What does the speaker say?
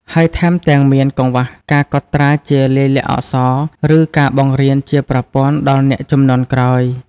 ហើយថែមទាំងមានកង្វះការកត់ត្រាជាលាយលក្ខណ៍អក្សរ ឬការបង្រៀនជាប្រព័ន្ធដល់អ្នកជំនាន់ក្រោយ។